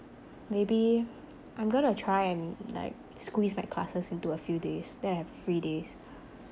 maybe I'm gonna try and like squeeze my classes into a few days then I have free days